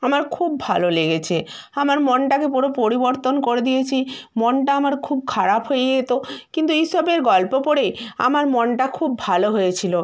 আমার খুব ভালো লেগেছে আমার মনটাকে পুরো পরিবর্তন করে দিয়েছি মনটা আমার খুব খারাপ হয়ে যেতো কিন্তু ঈশপের গল্প পড়ে আমার মনটা খুব ভালো হয়েছিলো